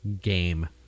game